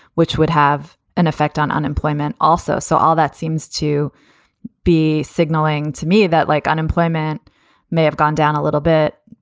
which would have an effect on unemployment also. so all that seems to be signaling to me that, like, unemployment may have gone down a little bit,